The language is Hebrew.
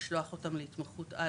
ולשלוח אותם להתמחות על